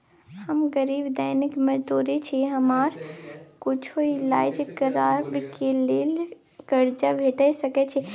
हम गरीब दैनिक मजदूर छी, हमरा कुछो ईलाज करबै के लेल कर्जा भेट सकै इ?